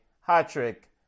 Hat-trick